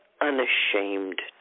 unashamed